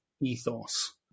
ethos